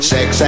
Sex